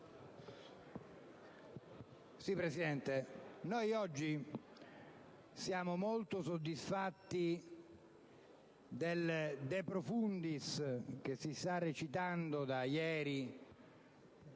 Presidente, siamo molto soddisfatti del *de profundis* che si sta recitando da ieri